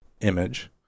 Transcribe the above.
image